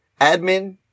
admin